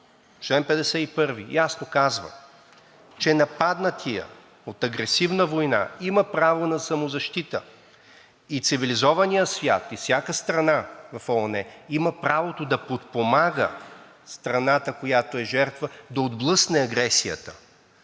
чл. 51 ясно казва, че нападнатият от агресивна война има право на самозащита и цивилизованият свят и всяка страна в ООН има правото да подпомага страната, която е жертва, да отблъсне агресията.